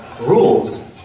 rules